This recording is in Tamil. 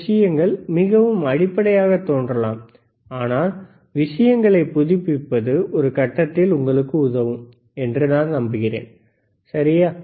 இந்த விஷயங்கள் மிகவும் அடிப்படையாகத் தோன்றலாம் ஆனால் விஷயங்களைப் புதுப்பிப்பது ஒரு கட்டத்தில் உங்களுக்கு உதவும் என்று நான் நம்புகிறேன் சரி